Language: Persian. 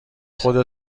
خودت